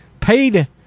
Paid